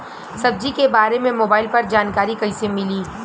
सब्जी के बारे मे मोबाइल पर जानकारी कईसे मिली?